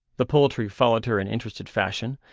the poultry followed her in interested fashion,